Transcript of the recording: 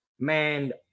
Man